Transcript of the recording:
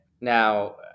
Now